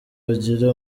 hagira